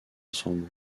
ensemble